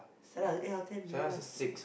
Stella eh I'll tell Andrea